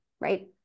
Right